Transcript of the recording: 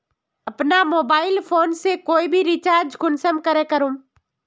अपना mobile phone से कोई भी रिचार्ज कुंसम करे करूम?